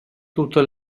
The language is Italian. tutta